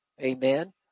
Amen